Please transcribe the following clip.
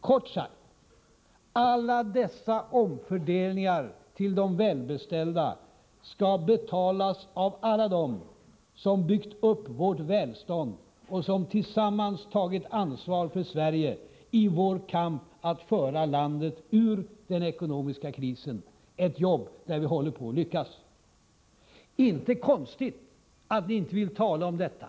Kort sagt: Alla dessa omfördelningar till de välbeställda skall betalas av alla dem som byggt upp vårt välstånd och som tillsammans tagit ansvar för Sverige i vår kamp att föra landet ur den ekonomiska krisen, ett jobb där vi håller på att lyckas. Det är inte konstigt att ni inte vill tala om detta.